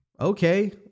Okay